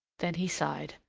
then he sighed.